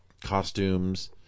costumes